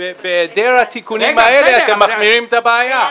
-- בהיעדר התיקונים האלה אתם מחמירים את הבעיה.